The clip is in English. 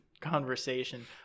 conversation